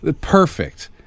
Perfect